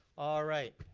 alright,